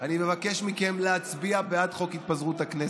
אני מבקש מכם להצביע בעד חוק התפזרות הכנסת,